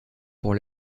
pour